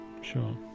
Sure